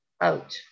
out